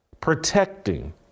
protecting